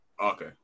Okay